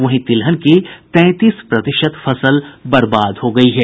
वहीं तिलहन की तैंतीस प्रतिशत फसल बर्बाद हो गयी है